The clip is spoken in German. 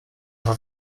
vor